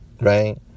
right